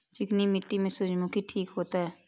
चिकनी मिट्टी में सूर्यमुखी ठीक होते?